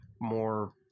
more